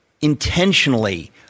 intentionally